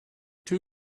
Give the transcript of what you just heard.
two